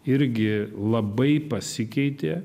irgi labai pasikeitė